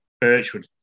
Birchwood